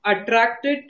attracted